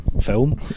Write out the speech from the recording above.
film